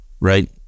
right